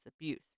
abuse